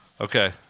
Okay